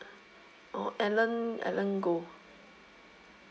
oh alan alan goh